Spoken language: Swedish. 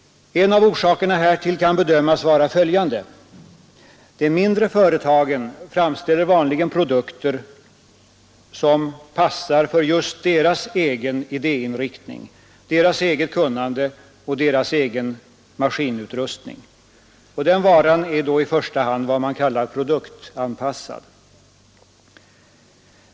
En av orsakerna härtill kan bedömas vara följande: De mindre företagen framställer vanligen produkter som passar för just deras egen idéinriktning, deras eget kunnande och deras egen maskinutrustning. Den varan är då i första hand vad man kallar produktanpassad.